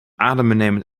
adembenemend